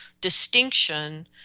distinction